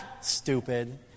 stupid